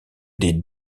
des